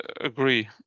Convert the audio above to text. Agree